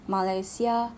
Malaysia